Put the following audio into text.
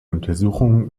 untersuchung